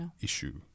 issue